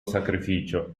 sacrificio